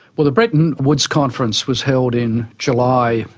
well the bretton woods conference was held in july,